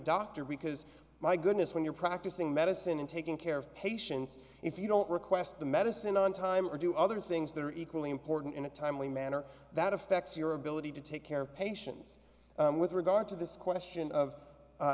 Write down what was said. doctor because my goodness when you're practicing medicine and taking care of patients if you don't request the medicine on time or do other things that are equally important in a timely manner that affects your ability to take care of patients with regard to this question of